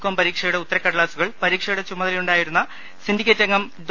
com പരീക്ഷയുടെ ഉത്തരക്കടലാസുകൾ പരീക്ഷയുടെ ചുമതലയുണ്ടായിരുന്ന സിൻഡിക്കേറ്റംഗം ഡോ